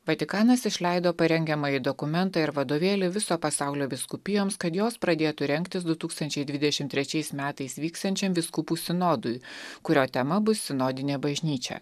vatikanas išleido parengiamąjį dokumentą ir vadovėlį viso pasaulio vyskupijoms kad jos pradėtų rengtis du tūkstančiai dvidešimt trečiais metais vyksiančiam vyskupų sinodui kurio tema bus sinodinė bažnyčia